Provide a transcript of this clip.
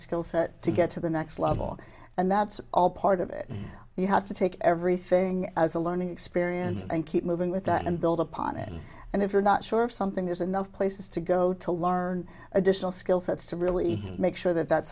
skill set to get to the next level and that's all part of it you have to take everything as a learning experience and keep moving with that and build upon it and if you're not sure of something there's enough places to go to learn additional skill sets to really make sure that that's